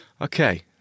Okay